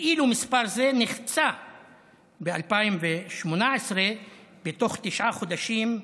מספר זה נחצה ב-2018 בתוך תשעה חודשים,